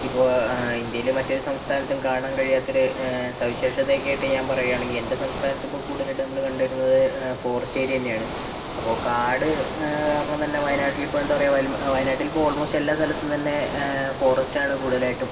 ഇപ്പോൾ ആ ഇന്ത്യയിലെ മറ്റൊരു സംസ്ഥാനത്തും കാണാൻ കഴിയാത്തൊരു സവിശേഷതയൊക്കെ ആയിട്ട് ഞാൻ പറയുകയാണെങ്കിൽ എൻ്റെ സംസ്ഥാനത്ത് ഇപ്പോൾ കൂടുതലായിട്ടും നമ്മൾ കണ്ടു വരുന്നത് ഫോറെസ്റ്റ് ഏരിയ തന്നെയാണ് അപ്പോൾ കാട് പറഞ്ഞാൽ തന്നെ വായനാട്ടിലിപ്പോൾ എന്താപറയാ വായനാട്ടിലിപ്പോൾ ആൾമോസ്റ്റ് എല്ലാ സ്ഥലത്തും തന്നെ ഫോറെസ്റ്റാണ് കൂടുതലായിട്ടും